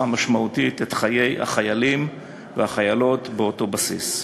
משמעותית את חיי החיילים והחיילות באותו בסיס.